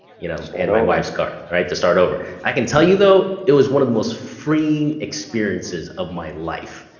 you know and my wife's car to start over. i can tell you though it was one of the most freeing experiences of my life.